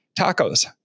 Tacos